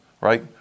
right